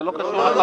זה לא קשור לחוות.